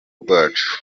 rwacu